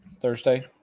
Thursday